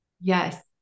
Yes